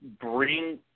bring